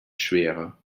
schwerer